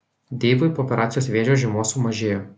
deivui po operacijos vėžio žymuo sumažėjo